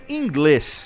inglês